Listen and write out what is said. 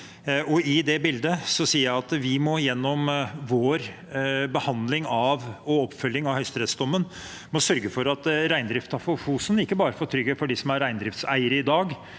I det bildet sier jeg at vi, gjennom vår behandling av og oppfølging av høyesterettsdommen, må sørge for at reindriften på Fosen får trygghet, ikke bare for dem som er reindriftseiere i dag,